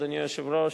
אדוני היושב-ראש,